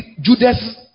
Judas